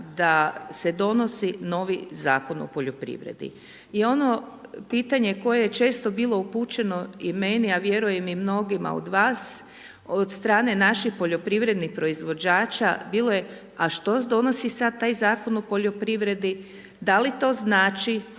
da se donosi novi Zakon o poljoprivredi. I ono pitanje koje je često bilo upućeno i meni a vjerujem i mnogima od vas od strane naših poljoprivrednih proizvođača bilo je a što donosi sad taj Zakon o poljoprivredi, da li to znači